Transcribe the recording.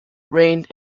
rained